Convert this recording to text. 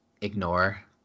ignore